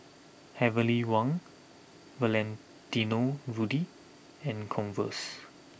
Heavenly Wang Valentino Rudy and Converse